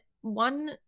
one